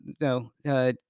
no